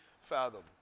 fathom